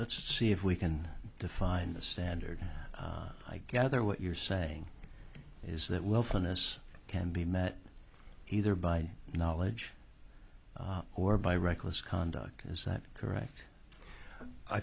let's see if we can define the standard i gather what you're saying is that wilfulness can be met he thereby knowledge or by reckless conduct is that correct i